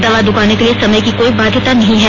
दवा दुकानों के लिए समय की कोई बाध्यता नहीं है